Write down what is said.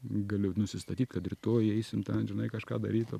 galiu nusistatyt kad rytoj eisim ten žinai kažką daryt o